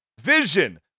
Vision